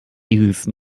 use